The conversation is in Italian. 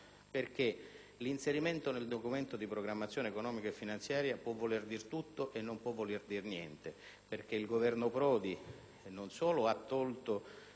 perché l'inserimento nel Documento di programmazione economico-finanziaria può voler dire tutto e niente; perché il Governo Prodi non solo ha tolto